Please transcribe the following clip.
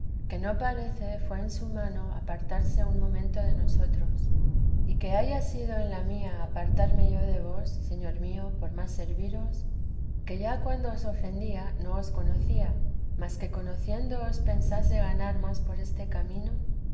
que no parece fué en su mano apartarse un momento de nosotros y que haya sido en la mía apartarme yo de f vos señor mío por más serviros que ya cuando os ofendía no os conocía mas que conociéndoos pensase ganar más por este camino